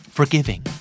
Forgiving